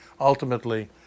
ultimately